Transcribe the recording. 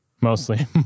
Mostly